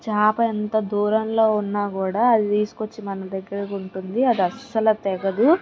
చాప ఎంత దూరంలో ఉన్నా కూడా అది తీసుకొచ్చి మన దగ్గరకు ఉంటుంది అది అసలు తెగదు